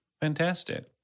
Fantastic